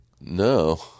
No